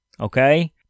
okay